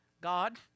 God